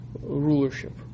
rulership